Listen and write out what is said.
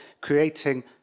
creating